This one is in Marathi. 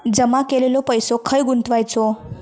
जमा केलेलो पैसो खय गुंतवायचो?